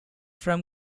from